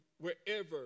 wherever